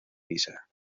guisa